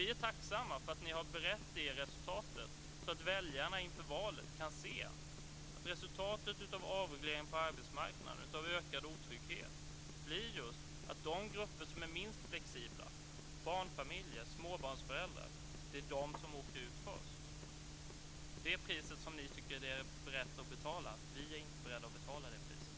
Vi är tacksamma för att ni har berett det resultatet, så att väljarna inför valet kan se att resultatet av avregleringen på arbetsmarknaden och ökad otrygghet blir att de grupper som är minst flexibla - barnfamiljer och småbarnsföräldrar - är de som åker ut först. Det är priset som ni är beredda att betala. Vi är inte beredda att betala det priset.